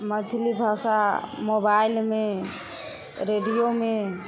मैथिली भाषा मोबाइलमे रेडियोमे